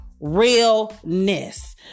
realness